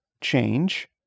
change